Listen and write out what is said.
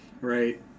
Right